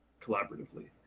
collaboratively